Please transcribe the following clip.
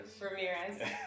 Ramirez